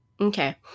Okay